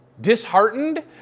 disheartened